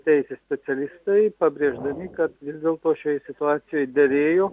teisės specialistai pabrėždami kad vis dėlto šioj situacijoj derėjo